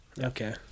okay